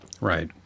right